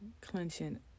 clenching